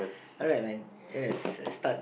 alright when yes start